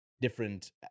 different